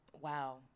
wow